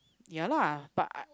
ya lah but I